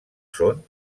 són